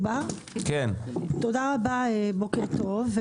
תודה רבה ובוקר טוב.